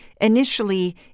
initially